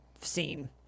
seen